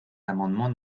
l’amendement